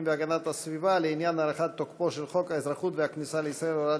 והגנת הסביבה לעניין הארכת תוקפו של חוק האזרחות והכניסה לישראל (הוראת